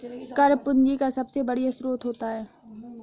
कर पूंजी का सबसे बढ़िया स्रोत होता है